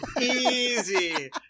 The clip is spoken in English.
easy